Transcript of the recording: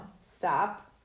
stop